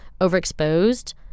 Overexposed